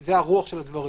וזה הרוח של הדברים.